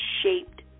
Shaped